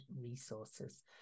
resources